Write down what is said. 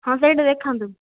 ହଁ ସେଇଟା ଦେଖାନ୍ତୁ